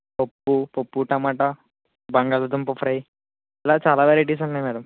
పప్పు పప్పు టమోటా బంగాళాదుంప ఫ్రై ఇలా చాలా వెరైటీస్ ఉన్నాయి మ్యాడమ్